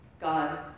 God